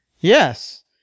Yes